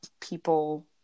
people